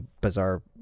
bizarre